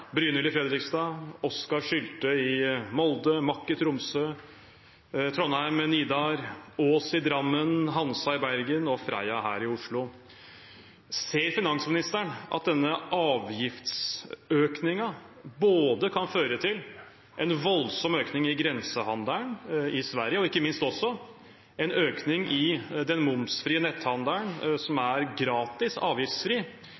i Fredrikstad, Oskar Sylte i Molde, Mack i Tromsø, Trondheim med Nidar, Aass i Drammen, Hansa i Bergen og Freia her i Oslo. Ser finansministeren at denne avgiftsøkningen kan føre til både en voldsom økning i grensehandelen i Sverige og – ikke minst – en økning i den momsfrie netthandelen, som er avgiftsfri